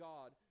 God